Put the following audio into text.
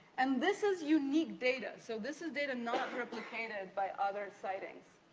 and this is unique data. so, this is data not replicated by other sightings.